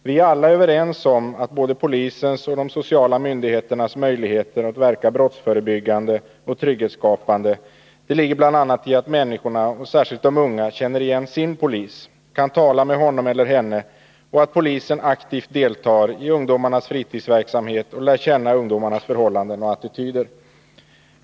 Vi är alla överens om att både polisens och de sociala myndigheternas möjligheter att verka brottsförebyggande och trygghetsskapande bl.a. ligger i att människorna och särskilt de unga känner igen ”sin” polis, kan tala med honom eller henne och att polisen aktivt deltar i ungdomarnas fritidsverksamhet och lär känna ungdomarnas förhållanden och attityder.